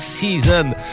Season